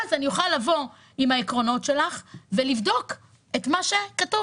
ואז אני אוכל לבוא עם העקרונות שלך ולבדוק את מה שכתוב,